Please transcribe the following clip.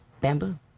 bamboo